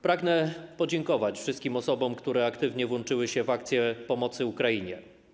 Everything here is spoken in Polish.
Pragnę podziękować wszystkim osobom, które aktywnie włączyły się w akcję pomocy Ukrainie.